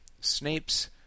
Snape's